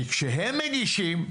כי כשהם מגישים,